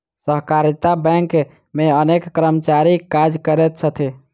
सहकारिता बैंक मे अनेक कर्मचारी काज करैत छथि